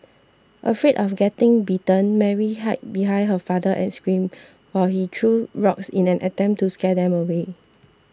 afraid of getting bitten Mary hid behind her father and screamed while he threw rocks in an attempt to scare them away